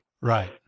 Right